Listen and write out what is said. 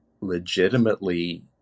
legitimately